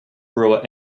brewer